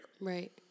Right